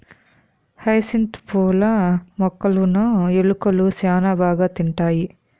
hyacinth పూల మొక్కలును ఎలుకలు శ్యాన బాగా తింటాయి